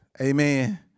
Amen